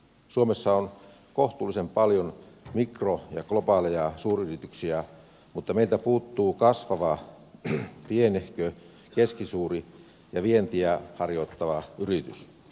suomessa on kohtuullisen paljon mikrobeja globaaleja suuryrityksiä mutta meiltä puuttuu kasvavaa pienehkö keskisuuri ja vientiä harjoittava yritys